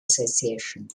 association